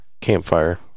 campfire